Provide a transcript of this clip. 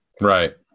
Right